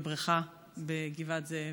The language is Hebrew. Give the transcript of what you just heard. בבריכה בגבעת זאב,